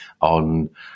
on